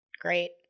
Great